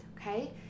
okay